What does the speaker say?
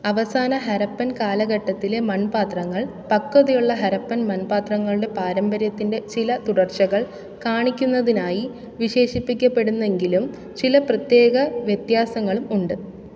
അവസാന ഹരപ്പൻ കാലഘട്ടത്തിലെ മൺപാത്രങ്ങൾ പക്വതയുള്ള ഹരപ്പൻ മൺപാത്രങ്ങളുടെ പാരമ്പര്യത്തിന്റെ ചില തുടർച്ചകൾ കാണിക്കുന്നതിനായി വിശേഷിപ്പിക്കപ്പെടുന്നെങ്കിലും ചില പ്രത്യേക വ്യതാസങ്ങളും ഉണ്ട്